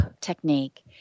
technique